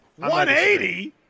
180